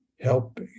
help